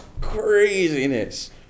craziness